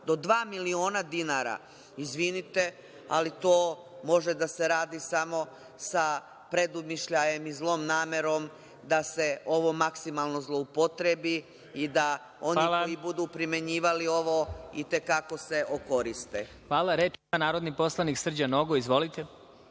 do dva miliona dinara, izvinite, ali to može da se radi samo sa predumišljajem i zlom namerom, da se ovo maksimalno zloupotrebi i da oni koji budu primenjivali ovo i te kako se okoriste. **Đorđe Milićević** Zahvaljujem. Reč ima narodni poslanik Srđan Nogo. Izvolite.